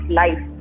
life